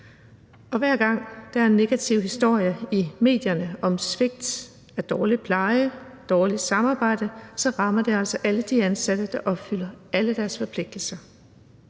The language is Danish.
Hver gang der er en negativ historie i medierne om svigt, dårlig pleje, dårligt samarbejde, rammer det altså alle de ansatte, der opfylder alle deres forpligtelser.